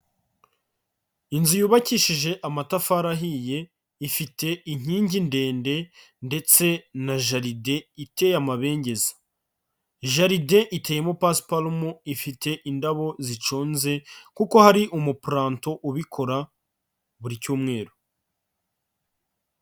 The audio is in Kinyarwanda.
Inzu yubakishije amatafari ahiye ifite inkingi ndende ndetse na jaride iteye amabengeza, jaride iteyemo pasiparumu ifite indabo zicunze kuko hari umupuranto ubikora buri cyumweru.